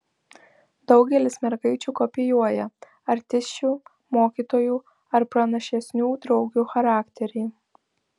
daugelis mergaičių kopijuoja artisčių mokytojų ar pranašesnių draugių charakterį